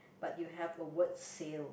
but you have a word sale